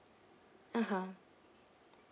(uh huh)